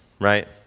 right